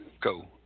go